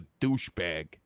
douchebag